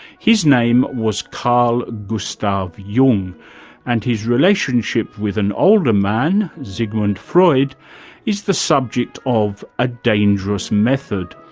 his name was carl gustav jung and his relationship with an older man sigmund freud is the subject of a dangerous method,